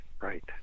right